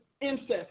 incest